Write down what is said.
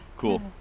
Cool